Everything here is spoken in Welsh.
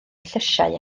llysiau